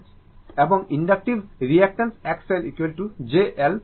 এবং ইনডাকটিভ রিঅ্যাকটাঁসে XL j L ω